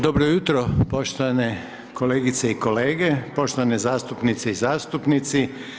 Dobro jutro poštovane kolegice i kolege, poštovane zastupnice i zastupnici.